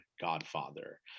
godfather